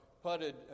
putted